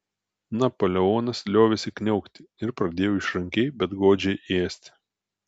napoleonas liovėsi kniaukti ir pradėjo išrankiai bet godžiai ėsti